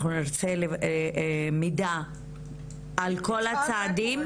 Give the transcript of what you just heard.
אנחנו נרצה מידע על כל הצעדים